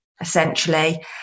essentially